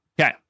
Okay